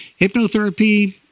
Hypnotherapy